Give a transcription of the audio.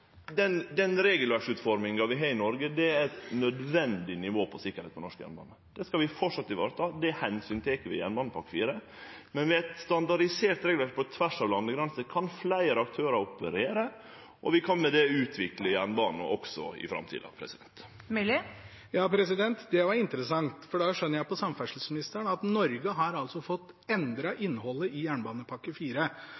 den regelverksutforminga vi har i Noreg, er eit nødvendig nivå på sikkerheit for norsk jernbane. Det skal vi framleis vareta. Det tek vi omsyn til i jernbanepakke IV. Men med eit standardisert regelverk på tvers av landegrensene kan fleire aktørar operere, og vi kan med det utvikle jernbanen også i framtida. Det var interessant. Da skjønner jeg på samferdselsministeren at Norge har fått endret innholdet i